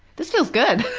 this feels good.